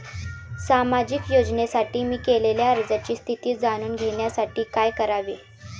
सामाजिक योजनेसाठी मी केलेल्या अर्जाची स्थिती जाणून घेण्यासाठी काय करावे?